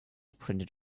printed